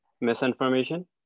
misinformation